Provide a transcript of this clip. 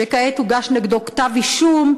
שכעת הוגש נגדו כתב-אישום.